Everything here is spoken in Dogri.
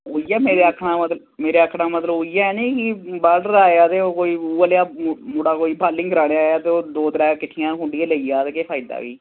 ओऐ मेरे आक्खने दा मतलब ओइयै नेई कि बाॅलर आया कोई उऐ नेहा मुड़ा बाॅलिंग कराने गी दो त्रै किट्ठियां गै मुड़ियै लेई जा ते केह् फायदा